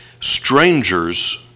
strangers